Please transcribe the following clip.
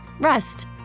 Rest